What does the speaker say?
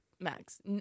Max